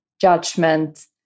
judgment